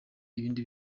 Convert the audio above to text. ibindi